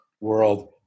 world